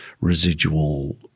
residual